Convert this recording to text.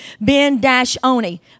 Ben-Oni